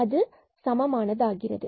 அது fxyக்கு சமமானது ஆகிறது